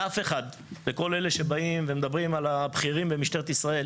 לכל אלה שמדברים על הבכירים במשטרת ישראל